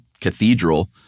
cathedral